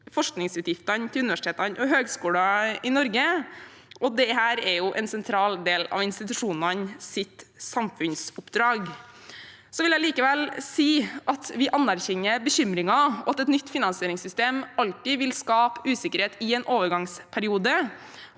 forskningsutgiftene til universitetene og høyskolene i Norge, og dette er en sentral del av institusjonenes samfunnsoppdrag. Så vil jeg likevel si at vi anerkjenner bekymringen, og at et nytt finansieringssystem alltid vil skape usikkerhet i en overgangsperiode,